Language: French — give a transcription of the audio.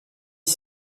dix